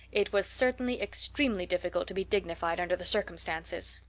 it was certainly extremely difficult to be dignified under the circumstances!